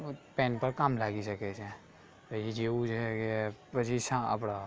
pen પણ કામ લાગી શકે એ જેવું છે કે પછી સ આપણે